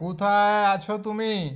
কোথায় আছো তুমি